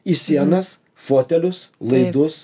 įsienas fotelius laidus